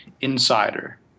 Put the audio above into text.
Insider